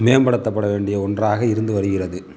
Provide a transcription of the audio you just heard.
மேம்படுத்தபட வேண்டிய ஒன்றாக இருந்து வருகிறது